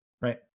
right